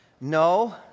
no